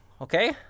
Okay